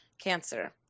Cancer